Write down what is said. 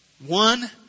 One